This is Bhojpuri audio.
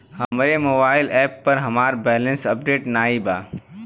हमरे मोबाइल एप पर हमार बैलैंस अपडेट नाई बा